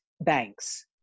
banks